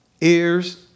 ears